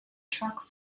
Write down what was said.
truck